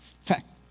fact